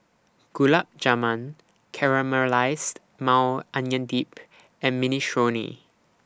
Gulab Jamun Caramelized Maui Onion Dip and Minestrone